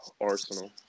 Arsenal